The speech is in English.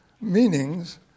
meanings